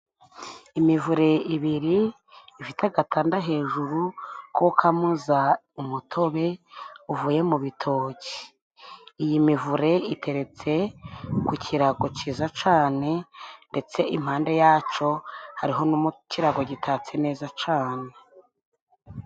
Imivure ibiri ifite agatanda hejuru ko kamoza umutobe uvuye mu bitoki. Iyi mivure iteretse ku kirago cyiza cane, ndetse impande yaco hariho n'umucirago gitatse neza cane.